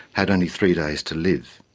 had only three days to live.